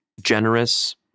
generous